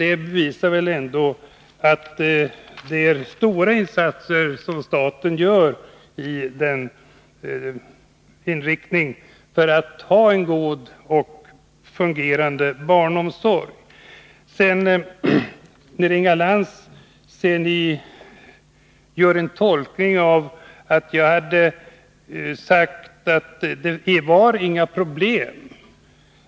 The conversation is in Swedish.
Detta bevisar väl ändå att staten gör stora insatser för att ha en god och fungerande barnomsorg. Inga Lantz tolkar mig på det sättet att jag har sagt att det inte finns några problem.